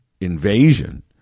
invasion